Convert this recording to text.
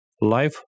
Life